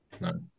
No